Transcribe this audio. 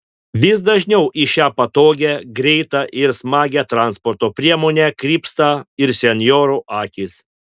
vis dažniau į šią patogią greitą ir smagią transporto priemonę krypsta ir senjorų akys